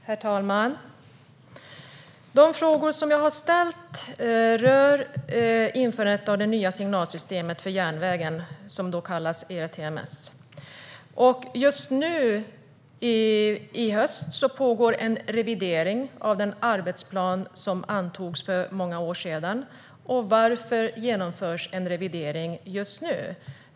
Herr talman! De frågor som jag har ställt rör införandet av det nya signalsystem för järnvägen som kallas ERTMS. Nu, i höst, pågår en revidering av den arbetsplan som antogs för många år sedan. Varför genomförs då en revidering just nu?